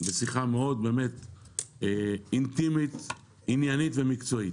שיחה מאוד אינטימית, עניינית ומקצועית.